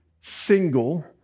single